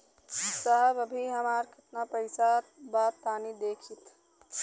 साहब अबहीं हमार कितना पइसा बा तनि देखति?